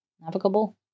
navigable